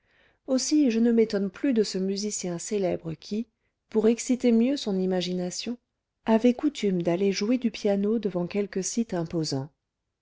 aussi je ne m'étonne plus de ce musicien célèbre qui pour exciter mieux son imagination avait coutume d'aller jouer du piano devant quelque site imposant